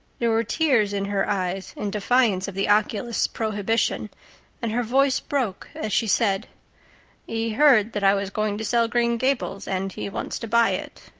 there were tears in her eyes in defiance of the oculist's prohibition and her voice broke as she said he heard that i was going to sell green gables and he wants to buy it.